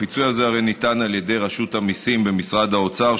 הפיצוי הזה הרי ניתן על ידי רשות המיסים במשרד האוצר,